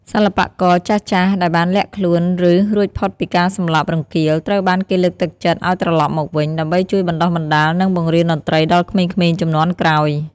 សិល្បករចាស់ៗដែលបានលាក់ខ្លួន ឬរួចផុតពីការសម្លាប់រង្គាល ត្រូវបានគេលើកទឹកចិត្តឱ្យត្រលប់មកវិញ ដើម្បីជួយបណ្តុះបណ្តាល និងបង្រៀនតន្ត្រីដល់ក្មេងៗជំនាន់ក្រោយ។